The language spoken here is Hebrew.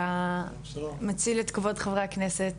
אתה מציל את כבוד חברי הכנסת